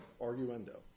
arguendo